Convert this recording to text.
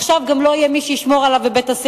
עכשיו גם לא יהיה מי שישמור עליו בבית-הספר.